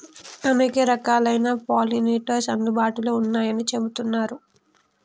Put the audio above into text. అనేక రకాలైన పాలినేటర్స్ అందుబాటులో ఉన్నయ్యని చెబుతున్నరు